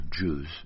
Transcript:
Jews